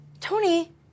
Tony